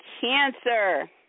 cancer